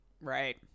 right